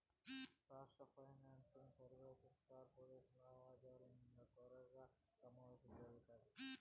రాష్ట్ర financial services corporation లావాదేవిల మింద త్వరలో సమావేశం జరగతాది